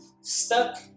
stuck